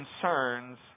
concerns